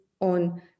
on